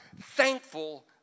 thankful